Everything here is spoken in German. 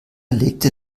legte